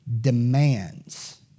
demands